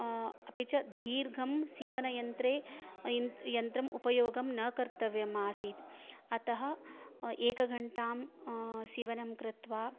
अपि च धीर्घं सीवनयन्त्रे यन्त्रम् उपयोगं न कर्तव्यम् आसीत् अतः एकघण्टां सीवनं कृत्वा